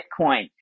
Bitcoin